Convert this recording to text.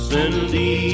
Cindy